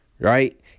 Right